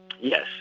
Yes